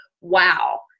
wow